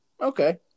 Okay